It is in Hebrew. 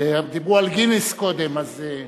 דיברו על גינס קודם, אז,